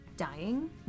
Dying